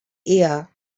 ear